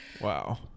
Wow